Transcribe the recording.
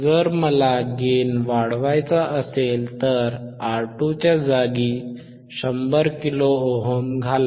जर मला गेन वाढवायचा असेल तर R2 च्या जागी 100 किलो ओहम घाला